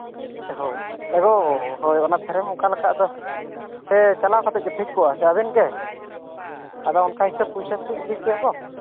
ᱦᱳᱭ ᱮᱜᱳ ᱦᱳᱭ ᱚᱱᱟ ᱯᱷᱨᱮᱢ ᱚᱠᱟᱞᱮᱠᱟ ᱟᱫᱚ ᱦᱮᱸ ᱪᱟᱞᱟᱣ ᱠᱟᱛᱮᱫᱜᱮ ᱴᱷᱤᱠ ᱠᱚᱜᱼᱟ ᱥᱮ ᱟᱵᱤᱱᱜᱮ ᱟᱫᱚ ᱚᱱᱠᱟ ᱦᱤᱥᱟᱹᱵᱽ ᱯᱚᱭᱥᱟᱠᱚᱞᱤᱧ ᱤᱫᱤᱠᱮᱭᱟ ᱜᱳ